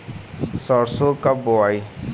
सरसो कब बोआई?